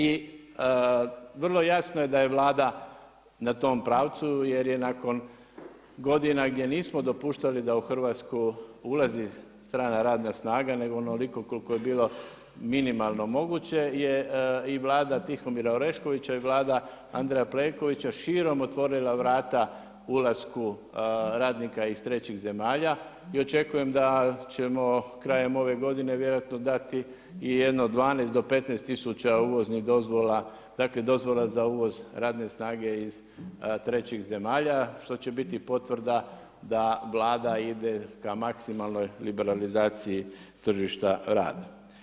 I vrlo jasno je da je Vlada na tom pravcu jer je nakon godina gdje nismo dopuštali da u Hrvatsku ulazi strana radna snaga nego onoliko koliko je bilo minimalno moguće je i Vlada Tihomira Oreškovića i Vlada Andreja Plenkovića širom otvorila vrata ulasku radnika iz trećih zemalja i očekujem da ćemo krajem ove godine vjerojatno dati i jedno 12 do 15000 uvoznih dozvola, dakle dozvola za uvoz radne snage iz trećih zemalja, što će biti potvrda da Vlada ide ka maksimalnoj liberalizaciji tržišta rada.